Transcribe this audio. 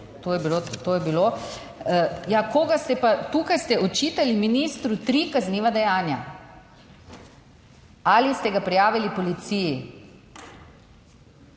ste pa tukaj ste očitali ministru tri kazniva dejanja. Ali ste ga prijavili policiji?